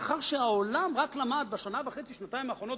לאחר שהעולם למד רק בשנה וחצי או בשנתיים האחרונות,